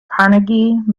carnegie